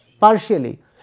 partially